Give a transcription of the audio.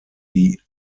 die